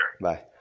Bye